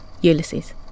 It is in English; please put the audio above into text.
Ulysses